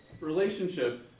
relationship